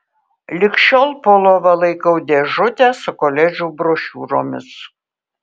lig šiol po lova laikau dėžutę su koledžų brošiūromis